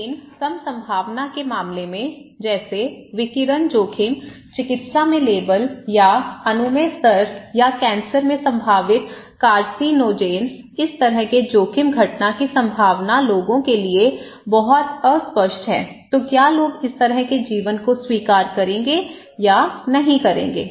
लेकिन कम संभावना के मामले में जैसे विकिरण जोखिम चिकित्सा में लेबल या अनुमेय स्तर या कैंसर में संभावित कार्सिनोजेन्स इस तरह के जोखिम घटना की संभावना लोगों के लिए बहुत अस्पष्ट है तो क्या लोग इस तरह के जीवन को स्वीकार करेंगे या नहीं करेंगे